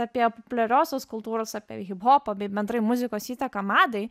apie populiariosios kultūros apie hiphopo bei bendrai muzikos įtaką madai